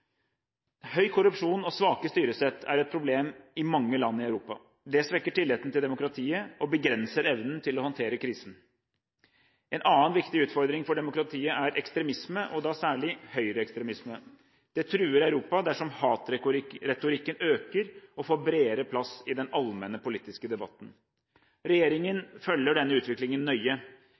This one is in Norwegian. Høy korrupsjon og svake styresett er et problem i mange land i Europa. Det svekker tilliten til demokratiet og begrenser evnen til å håndtere krisen. En annen viktig utfordring for demokratiet er ekstremisme – og da særlig høyreekstremisme. Det truer Europa dersom hatretorikken øker og får bredere plass i den allmenne politiske debatten. Regjeringen følger denne utviklingen nøye.